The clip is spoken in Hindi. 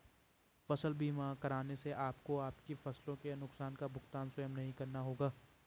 फसल बीमा कराने से आपको आपकी फसलों के नुकसान का भुगतान स्वयं नहीं करना होगा